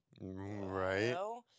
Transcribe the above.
right